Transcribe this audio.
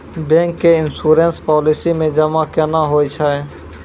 Bank के insurance policy मे जमा केना होय छै?